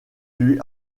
lui